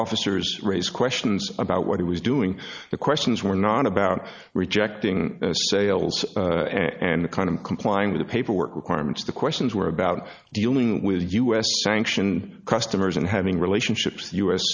officers raise questions about what he was doing the questions were not about rejecting sales and kind of complying with the paperwork requirements the questions were about dealing with us sanction customers and having relationships u